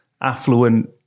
affluent